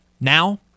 Now